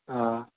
हाँ